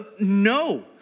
No